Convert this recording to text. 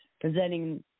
presenting